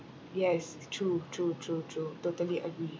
yes true true true true totally agree